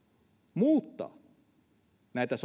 muuttaa näitä sopimusteknisiä